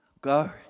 go